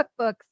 cookbooks